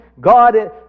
God